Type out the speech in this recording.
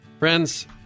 Friends